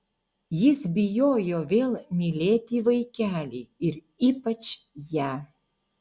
jis bijojo vėl mylėti vaikelį ir ypač ją